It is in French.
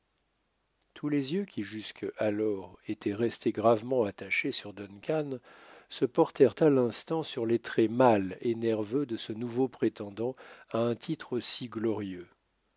tous les yeux qui jusque alors étaient restés gravement attachés sur duncan se portèrent à l'instant sur les traits mâles et nerveux de ce nouveau prétendant à un titre aussi glorieux